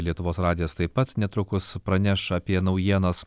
lietuvos radijas taip pat netrukus praneš apie naujienas